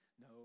No